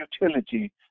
utility